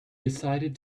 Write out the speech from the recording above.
decided